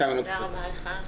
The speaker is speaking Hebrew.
תודה רבה לך.